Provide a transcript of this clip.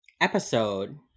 episode